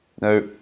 Now